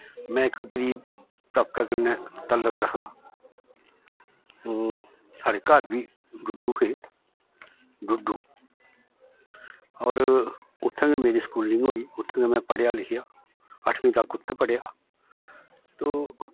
में इक गरीब तबके कन्नै तल्लक रखदा साढ़े घर बी डुड्डू हे डुड्डू होर उत्थें गै मेरी स्कूलिंग होई उत्थें गै में पढ़ेआ लिखेआ अठमीं तक उत्थें पढ़ेआ ते